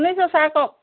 শুনিছোঁ ছাৰ কওক